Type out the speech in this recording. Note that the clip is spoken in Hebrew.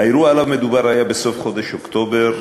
האירוע שעליו מדובר היה בסוף חודש אוקטובר,